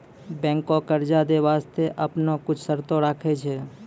बैंकें कर्जा दै बास्ते आपनो कुछ शर्त राखै छै